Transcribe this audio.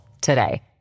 today